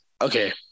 okay